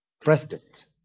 president